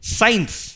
Science